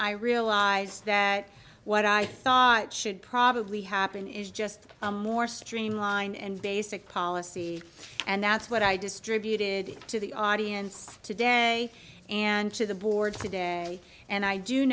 i realized that what i thought should probably happen is just more streamlined and basic policy and that's what i distributed to the audience today and to the board today and i do